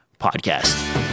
Podcast